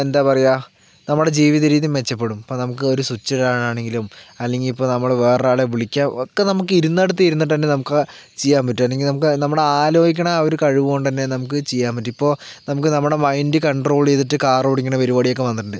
എന്താ പറയുക നമ്മുടെ ജീവിത രീതിയും മെച്ചപ്പെടും ഇപ്പോൾ നമുക്കു കയറി സ്വിച്ചിടാനാണെങ്കിലും അല്ലെങ്കിൽ ഇപ്പോൾ നമ്മള് വേറൊരാളെ വിളിക്കാൻ ഒക്കെ നമുക്ക് ഇരുന്നിടത്ത് ഇരുന്നിട്ട് തന്നെ നമുക്ക് ചെയ്യാൻ പറ്റും അല്ലെങ്കിൽ നമുക്ക് നമ്മള് ആലോചിക്കണ ആ ഒരു കഴിവുകൊണ്ടുതന്നെ നമുക്ക് ചെയ്യാൻ പറ്റും ഇപ്പോൾ നമുക്ക് നമ്മുടെ മൈൻഡ് കണ്ട്രോൾ ചെയ്തിട്ട് കാർ ഓടിക്കണ പരിപാടിയൊക്കെ വന്നിട്ടുണ്ട്